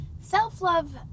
Self-love